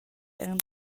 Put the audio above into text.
eran